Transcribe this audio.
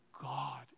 God